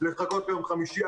לחכות ליום חמישי.